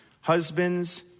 Husbands